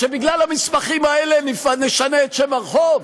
שבגלל המסמכים האלה נשנה את שם הרחוב?